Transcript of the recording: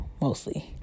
mostly